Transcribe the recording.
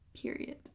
Period